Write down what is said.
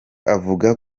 avuga